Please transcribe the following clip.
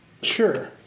Sure